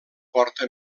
porta